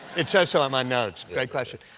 it says so on my notes, great question.